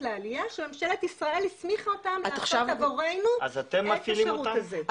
לעלייה שממשלת ישראל הסמיכה אותם לעשות עבורנו את השירות הזה.